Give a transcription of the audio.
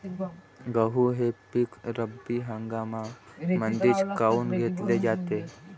गहू हे पिक रब्बी हंगामामंदीच काऊन घेतले जाते?